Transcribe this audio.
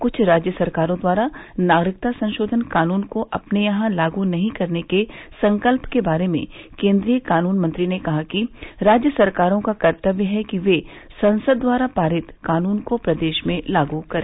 कुछ राज्य सरकारों द्वारा नागरिकता संशोधन कानून को अपने यहां लागू नहीं करने के संकल्प के बारे में केंद्रीय कानून मंत्री ने कहा कि राज्य सरकारों का कर्तव्य है कि वे संसद द्वारा पारित कानून को प्रदेश में लागू करें